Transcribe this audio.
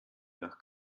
nach